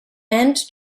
and